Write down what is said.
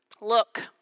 look